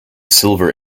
silver